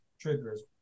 triggers